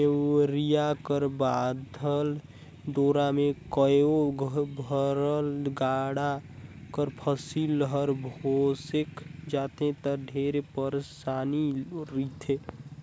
नेवरिया कर बाधल डोरा मे कहो भरल गाड़ा कर फसिल हर भोसेक जाथे ता ढेरे पइरसानी रिथे